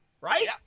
right